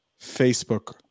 Facebook